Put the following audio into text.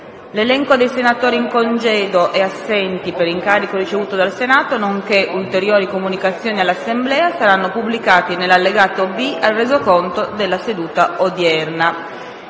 L'elenco dei senatori in congedo e assenti per incarico ricevuto dal Senato, nonché ulteriori comunicazioni all'Assemblea saranno pubblicati nell'allegato B al Resoconto della seduta odierna.